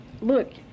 Look